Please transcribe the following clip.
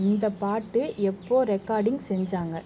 இந்த பாட்டு எப்போது ரெக்கார்டிங் செஞ்சாங்க